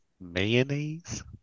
mayonnaise